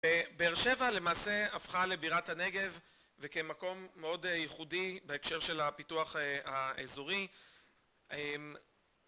באר שבע למעשה הפכה לבירת הנגב וכמקום מאוד ייחודי בהקשר של הפיתוח האזורי